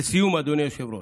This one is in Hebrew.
לסיום, אדוני היושב-ראש,